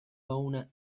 fauna